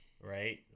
right